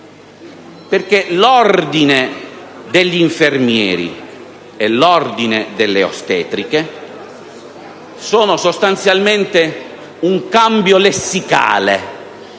perché l'ordine degli infermieri e quello delle ostetriche sono sostanzialmente un cambio lessicale,